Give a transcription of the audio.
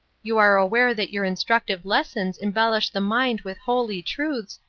you are aware that your instructive lessons embellish the mind with holy truths,